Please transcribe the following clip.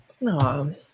No